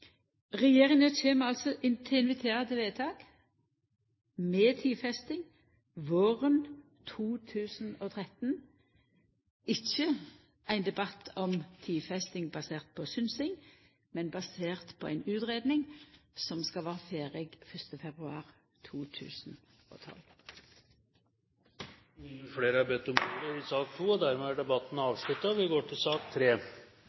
Regjeringa kjem altså til å invitera til vedtak, med tidfesting, våren 2013. Det blir ikkje ein debatt om tidfesting basert på synsing, men basert på ei utgreiing som skal vera ferdig 1. februar 2012. Flere har ikke bedt om ordet til sak